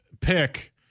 pick